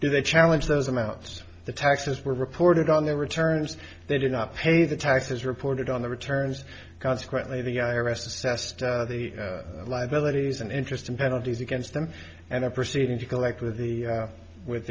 to the challenge those amounts the taxes were reported on the returns they did not pay the taxes reported on the returns consequently the i r s assessed the liabilities and interest and penalties against them and a proceeding to collect with the with